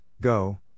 Go